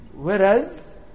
Whereas